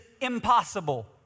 impossible